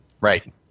Right